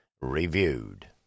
reviewed